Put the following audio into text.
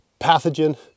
pathogen